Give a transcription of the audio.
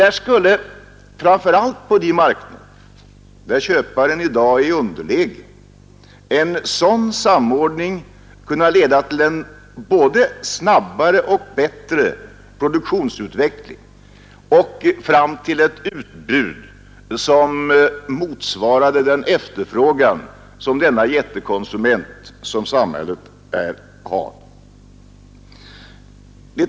Framför allt på de marknader där köparen i dag är i underläge skulle en sådan samordning kunna leda till en både snabbare och bättre produktionsutveckling och till ett utbud som motsvarade efterfrågan från den jättekonsument som samhället är.